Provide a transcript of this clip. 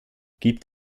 gibt